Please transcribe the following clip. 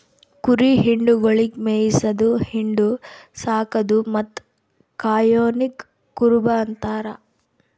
ಕುರಿ ಹಿಂಡುಗೊಳಿಗ್ ಮೇಯಿಸದು, ಹಿಂಡು, ಸಾಕದು ಮತ್ತ್ ಕಾಯೋನಿಗ್ ಕುರುಬ ಅಂತಾರ